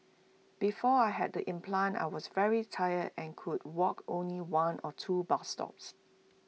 before I had the implant I was very tired and could walk only one or two bus stops